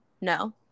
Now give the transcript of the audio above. no